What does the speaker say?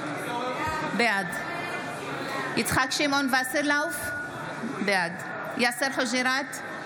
בעד יצחק שמעון וסרלאוף, בעד יאסר חוג'יראת,